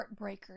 heartbreakers